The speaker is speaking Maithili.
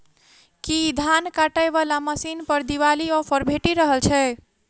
की धान काटय वला मशीन पर दिवाली ऑफर भेटि रहल छै?